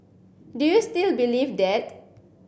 do you still believe that